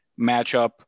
matchup